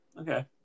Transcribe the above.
Okay